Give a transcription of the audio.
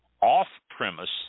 Off-premise